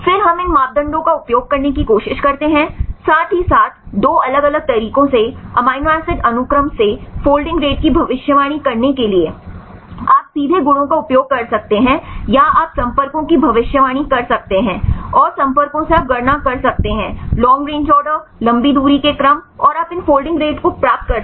फिर हम इन मापदंडों का उपयोग करने की कोशिश करते हैं साथ ही साथ 2 अलग अलग तरीकों से अमीनो एसिड अनुक्रम से फोल्डिंग रेट की भविष्यवाणी करने के लिए आप सीधे गुणों का उपयोग कर सकते हैं या आप संपर्कों की भविष्यवाणी कर सकते हैं और संपर्कों से आप गणना कर सकते हैं लॉन्ग रेंज ऑर्डर लंबी दूरी के क्रम और आप इन फोल्डिंग रेट को प्राप्त कर सकते हैं